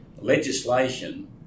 legislation